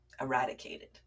eradicated